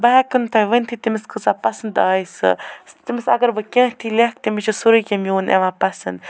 بہٕ ہٮ۪کہٕ نہٕ تۄہہِ ؤنتھی تٔمِس کٕژاہ پسنٛد آے سَہ تٔمِس اگر بہٕ کیٚنحیی تہِ لیٚکھ تٔمِس چھُ سورُے کیٚنٛہہ میون یِوان پسنٛد